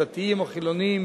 דתיים או חילונים,